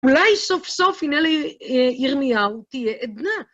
אולי סוף סוף הנה לירמיהו תהיה עדנה.